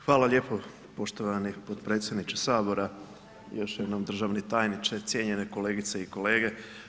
Hvala lijepo poštovani potpredsjedniče Sabora i još jednom državni tajniče, cijenjene kolegice i kolege.